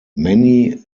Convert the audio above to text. many